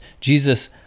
Jesus